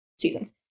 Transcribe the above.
seasons